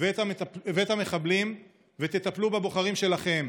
ואת המחבלים ותטפלו בבוחרים שלכם.